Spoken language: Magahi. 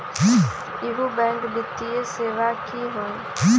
इहु बैंक वित्तीय सेवा की होई?